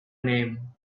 name